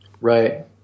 Right